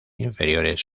inferiores